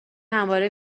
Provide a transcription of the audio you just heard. همواره